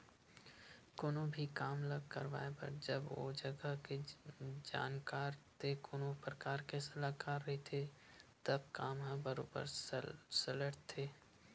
कोनो भी काम ल करवाए बर जब ओ जघा के जानकार ते कोनो परकार के सलाहकार रहिथे तब काम ह बरोबर सलटथे